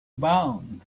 bound